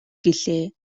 гэлээ